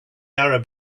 arab